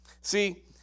See